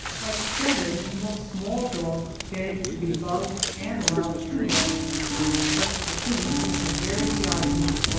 like children, most small dogs beg to be loved and allowed to love but stickeen seemed a very diogenes,